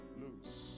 loose